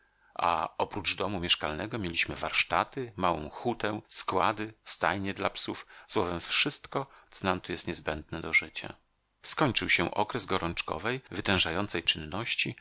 a oprócz domu mieszkalnego mieliśmy warsztaty małą hutę składy stajnie dla psów słowem wszystko co nam tu jest niezbędne do życia skończył się okres gorączkowej wytężającej czynności